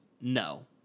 No